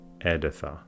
Editha